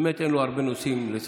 באמת אין לו הרבה נושאים על סדר-היום,